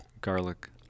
garlic